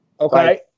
Okay